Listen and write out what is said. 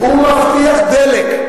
הוא מבטיח דלק.